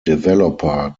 developer